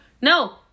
No